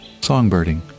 Songbirding